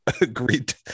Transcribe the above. agreed